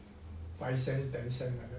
five cent ten cent like that